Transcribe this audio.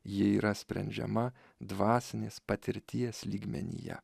ji yra sprendžiama dvasinės patirties lygmenyje